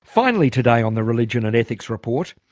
finally today on the religion and ethics report,